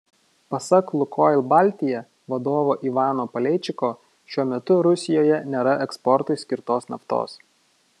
pasak lukoil baltija vadovo ivano paleičiko šiuo metu rusijoje nėra eksportui skirtos naftos